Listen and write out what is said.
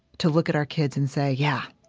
to look at our kids and say, yeah,